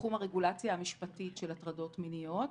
בתחום הרגולציה המשפטית של הטרדות מיניות.